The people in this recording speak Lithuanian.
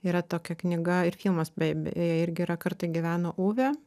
yra tokia knyga ir filmas be irgi yra kartą gyveno uvė